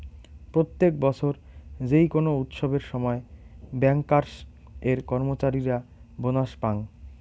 প্রত্যেক বছর যেই কোনো উৎসবের সময় ব্যাংকার্স এর কর্মচারীরা বোনাস পাঙ